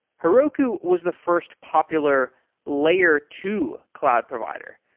heroku was the first popular layer two cloud provider.